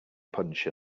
punch